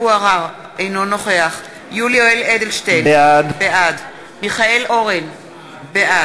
חברי הכנסת, אנחנו מודים לשר המקשר בין